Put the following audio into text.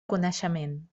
coneixement